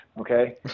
Okay